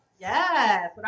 Yes